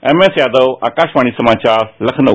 MS Yadav Akashvani समाचार लखनऊ